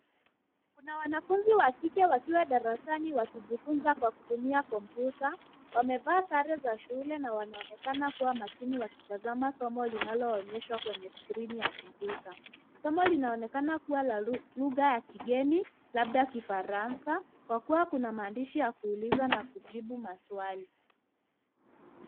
Kuna wanafunzi wa kike wakiwa darasani wakijifunza kwa kutumia kompyuta, wamevaa sare za shule na wanaonekana kuwa makini wakitazama somo linaloonyeshwa kwenye skrini ya kompyuta. Somo linaonekana kuwa la lugha ya kigeni labda kifaransa, kwa kuwa kuna maandishi ya kuuliza na kujibu maswali.